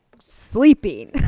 Sleeping